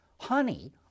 Honey